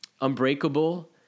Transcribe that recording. unbreakable